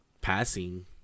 passing